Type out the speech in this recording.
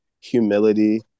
humility